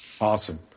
Awesome